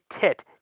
tit